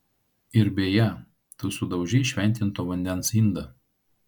ir beje tu sudaužei šventinto vandens indą